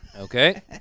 Okay